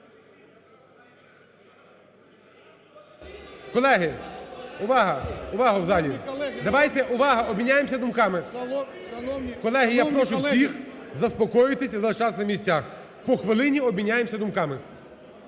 Колеги, увага. Увага в залі! Давайте – увага! – обміняємося думками. Колеги, я прошу всіх заспокоїтись і залишатися на місцях. По хвилині обміняємося думками